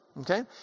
Okay